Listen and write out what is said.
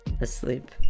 asleep